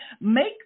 Make